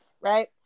right